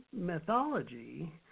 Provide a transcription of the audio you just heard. mythology